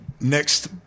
Next